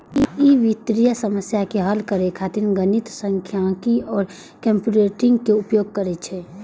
ई वित्तीय समस्या के हल करै खातिर गणित, सांख्यिकी आ कंप्यूटिंग के उपयोग करै छै